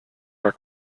are